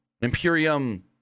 Imperium